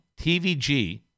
TVG